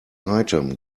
item